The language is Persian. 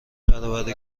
برآورده